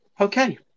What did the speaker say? okay